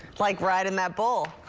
like right in that bowl,